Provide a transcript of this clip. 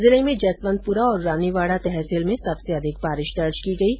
जिले में जसवंतपुरा और रानीवाडा तहसील में सबसे अधिक बारिश दर्ज की गई है